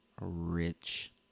rich